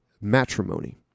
matrimony